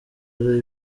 ari